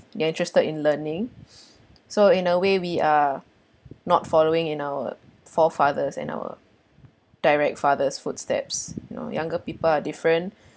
they're interested in learning so in a way we are not following in our forefathers and our direct father's footsteps you know younger people are different